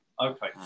Okay